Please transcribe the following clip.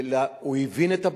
הוא הבין את הבעיה,